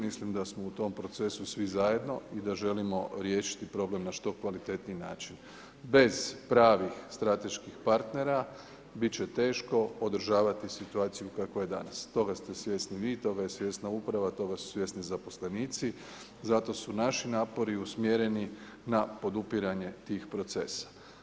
Mislim da smo u tom procesu svi zajedno i da želimo riješiti problem na što kvalitetniji način. bez pravih strateških partnera bit će teško održavati situaciju kakva je danas. toga ste svjesni vi, toga je svjesna uprava, toga su svjesni zaposlenici zato su naši napori usmjereni na podupiranje tih procesa.